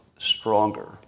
stronger